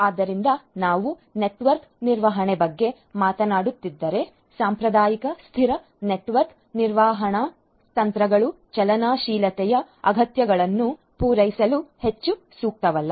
ಆದ್ದರಿಂದ ನಾವು ನೆಟ್ವರ್ಕ್ ನಿರ್ವಹಣೆಯ ಬಗ್ಗೆ ಮಾತನಾಡುತ್ತಿದ್ದರೆ ಸಾಂಪ್ರದಾಯಿಕ ಸ್ಥಿರ ನೆಟ್ವರ್ಕ್ ನಿರ್ವಹಣಾ ತಂತ್ರಗಳು ಚಲನಶೀಲತೆಯ ಅಗತ್ಯಗಳನ್ನು ಪೂರೈಸಲು ಹೆಚ್ಚು ಸೂಕ್ತವಲ್ಲ